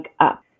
up